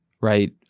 Right